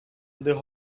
their